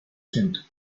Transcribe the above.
siento